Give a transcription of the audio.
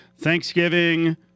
Thanksgiving